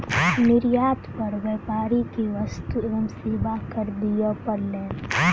निर्यात पर व्यापारी के वस्तु एवं सेवा कर दिअ पड़लैन